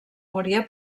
moria